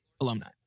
alumni